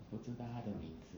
我不知道他的名字